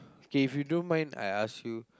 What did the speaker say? okay if you don't mind I ask you